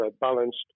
balanced